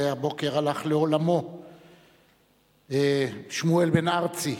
הבוקר הלך לעולמו שמואל בן-ארצי,